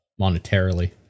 monetarily